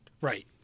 Right